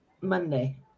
Monday